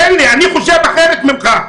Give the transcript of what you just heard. תן לי, אני חושב אחרת ממך.